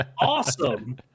Awesome